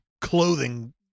clothing